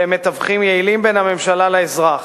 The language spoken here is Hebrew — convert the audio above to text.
והם מתווכים יעילים בין הממשלה לאזרח.